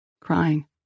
crying